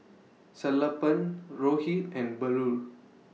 Sellapan Rohit and Bellur